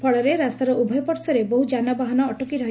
ଫଳରେ ରାସ୍ତାର ଉଭୟ ପାର୍ଶ୍ୱରେ ବହୁ ଯାନବାହାନ ଅଟକି ରହିଛି